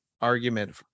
argument